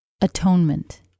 Atonement